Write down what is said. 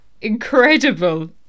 incredible